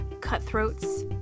cutthroats